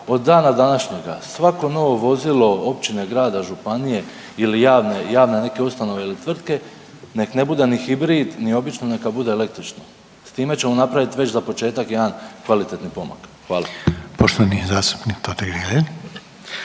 od dana današnjega, svako novo vozilo općine, grada, županije ili javne, javne neke ustanove ili tvrtke, nek ne bude ni hibrid ni obični, neka bude električni. S time ćemo napraviti već za početak jedan kvalitetni pomak. Hvala. **Reiner, Željko